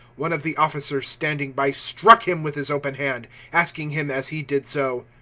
one of the officers standing by struck him with his open hand, asking him as he did so,